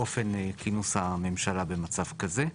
אופן כינוס הממשלה במצב כזה.